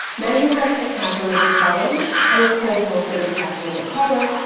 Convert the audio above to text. now you have a calculated column and a total for this calculated column,